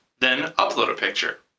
then upload a picture.